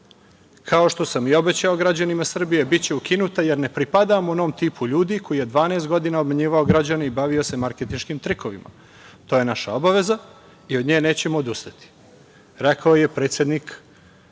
kao što sam i obećao građanima Srbije biće ukinuta, jer ne pripadam onom tipu ljudi koji je 12 godina obmanjivao građane i bavio se marketinškim trikovima. To je naša obaveza i od nje nećemo odustati.“ Rekao je predsednik vaše